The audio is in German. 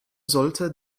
sollte